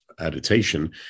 adaptation